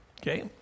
okay